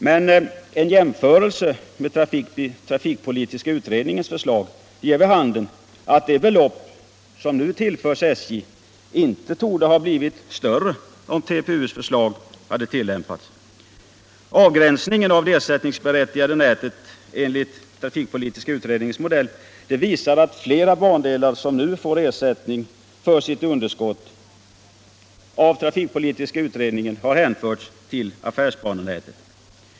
Men en jämförelse med trafikpolitiska utredningens förslag ger vid handen att det belopp som nu tillförs SJ inte torde ha blivit större om trafikpolitiska utredningens förslag hade tillämpats. Avgränsningen av det ersättningsberättigade nätet enligt trafikpolitiska utredningens modell visar att flera bandelar, som nu får ersättning för sitt underskott, av trafikpolitiska utredningen har hänförts till affärsbanenätet.